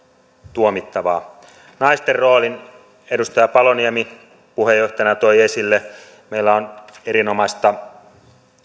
tuomittavaa naisten roolin edustaja paloniemi puheenjohtajana toi esille meillä on erinomaista